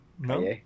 No